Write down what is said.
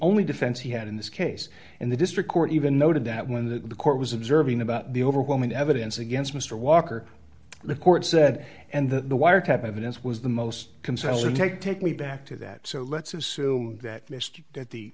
only defense he had in this case and the district court even noted that when the court was observing about the overwhelming evidence against mr walker the court said and the wiretap evidence was the most concise and take take me back to that so let's assume that mr that the